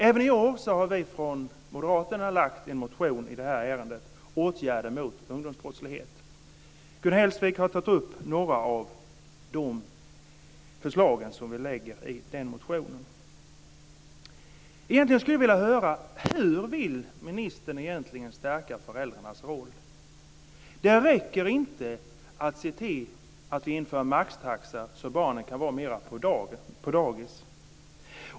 Även i år har vi från Moderaterna väckt en motion i det här ärendet, om åtgärder mot ungdomsbrottslighet. Gun Hellsvik har tagit upp några av de förslag som vi lägger i den motionen. Jag skulle vilja höra hur ministern egentligen vill stärka föräldrarnas roll. Det räcker inte att se till att införa maxtaxa så att barnen kan vara mera på dagis.